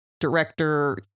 Director